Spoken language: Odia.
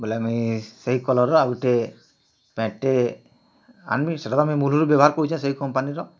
ବୋଇଲେ ମୁଇଁ ସେଇ କଲର୍ର ଆଉ ଗୁଟେ ପ୍ୟାଣ୍ଟ୍ଟେ ଆନ୍ମି ସେଇଟା ତ ମୁଇଁ ମୂଲ୍ରୁ ବ୍ୟବହାର କରୁଛେଁ ସେଇ କମ୍ପାନୀର